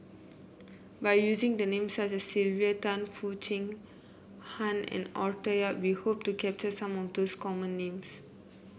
by using the names such as Sylvia Tan Foo Chee Han and Arthur Yap we hope to capture some of the common names